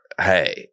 Hey